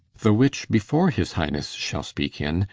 the which before his highnesse shall speake in,